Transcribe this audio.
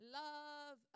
love